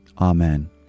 Amen